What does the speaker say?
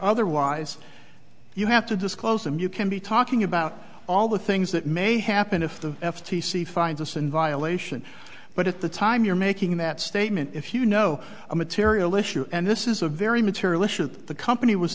otherwise you have to disclose them you can be talking about all the things that may happen if the f t c finds us in violation but at the time you're making that statement if you know a material issue and this is a very material issue that the company was